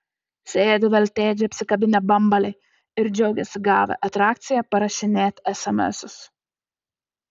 sėdi veltėdžiai apsikabinę bambalį ir džiaugiasi gavę atrakciją parašinėt esemesus